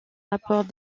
rapports